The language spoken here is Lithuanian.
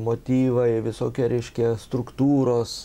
motyvai visokie reiškia struktūros